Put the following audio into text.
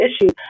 issues